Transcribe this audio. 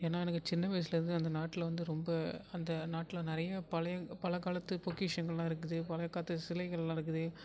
ஏன்னா எனக்கு சின்ன வயசுலேருந்து அந்த நாட்டில் வந்து ரொம்ப அந்த நாட்டில் நிறைய பழைய பழங்காலத்து பொக்கிஷங்கள்லாம் இருக்குது பழங்காலத்து சிலைகள்லாம் இருக்குது